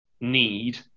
need